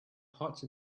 hot